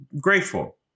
Grateful